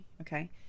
okay